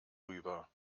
rüber